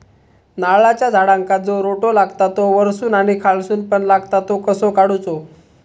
नारळाच्या झाडांका जो रोटो लागता तो वर्सून आणि खालसून पण लागता तो कसो काडूचो?